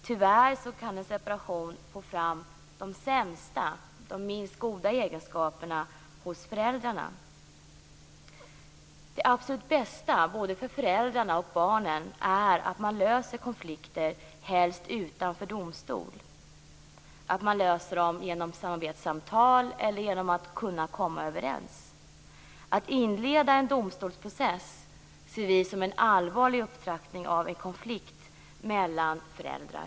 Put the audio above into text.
Tyvärr kan en separation ta fram de sämsta och minst goda egenskaperna hos föräldrarna. Det absolut bästa, för både föräldrar och barn, är att man löser konflikter utanför domstol, att man löser dem genom samarbetssamtal eller genom att komma överens. Att man inleder en domstolsprocess ser vi som en allvarlig upptrappning av en konflikt mellan föräldrar.